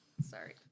Sorry